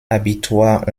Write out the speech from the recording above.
abitur